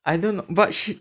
I don't but she